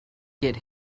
get